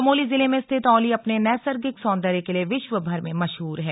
चमोली जिले में स्थित औली अपने नैसर्गिक सौंदर्य के लिए विश्वभर में मशहूर है